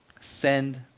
send